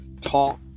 Talk